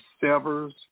severs